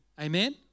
Amen